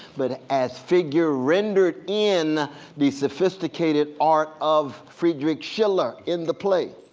but as figure rendered in the sophisticated art of friedrich schiller in the play.